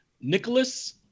Nicholas